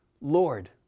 Lord